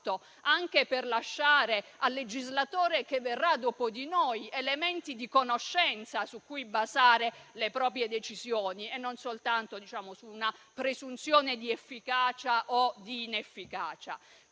anche per lasciare al legislatore che verrà dopo di noi elementi di conoscenza su cui basare le proprie decisioni, che non siano soltanto una presunzione di efficacia o di inefficacia.